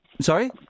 Sorry